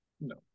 no